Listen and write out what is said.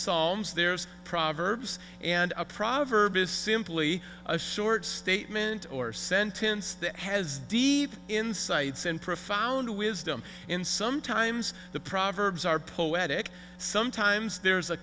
psalms there's proverbs and a proverb is simply a short statement or sentence that has deep insights and profound wisdom in sometimes the proverbs are poetic sometimes there's a